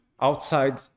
outside